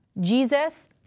Jesus